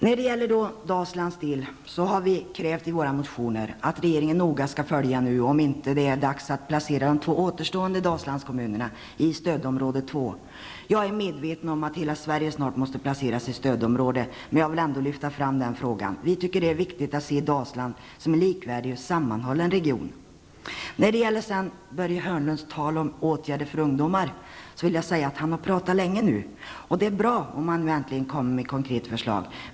När det gäller Dalsland har vi i våra motioner krävt att regeringen noga skall se över om det inte är dags att placera de två återstående Dalslandskommunerna i stödområde två nu. Jag är medveten om att hela Sverige snart måste placeras i stödområde, men jag vill ändå lyfta fram den frågan. Vi tycker att det är viktigt att se Dalsland som en likvärdig och sammanhållen region. När det sedan gäller Börje Hörnlunds tal om åtgärder för ungdomar vill jag säga att han har pratat länge nu. Det är bra om han nu äntligen kommer med ett konkret förslag.